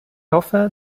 hoffe